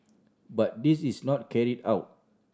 but this is not carried out